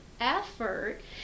effort